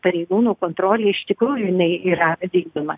pareigūnų kontrolė iš tikrųjų jinai yra vykdoma